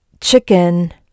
chicken